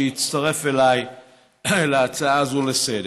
שהצטרף אליי להצעה הזאת לסדר-היום.